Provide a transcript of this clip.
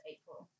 April